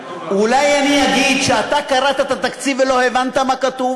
אולי אני אגיד שאתה קראת את התקציב ולא הבנת מה כתוב?